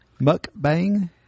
Mukbang